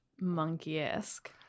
monkey-esque